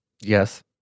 Yes